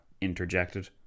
interjected